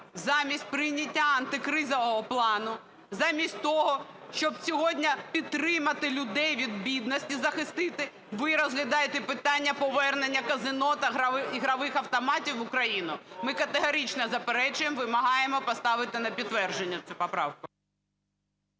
замість прийняття антикризового плану, замість того, щоб сьогодні підтримати людей, від бідності захистити, ви розглядаєте питання повернення казино та ігрових автоматів в Україну! Ми категорично заперечуємо, вимагаємо поставити на підтвердження цю поправку.